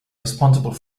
responsible